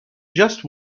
just